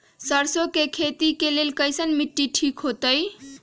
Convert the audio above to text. सरसों के खेती के लेल कईसन मिट्टी ठीक हो ताई?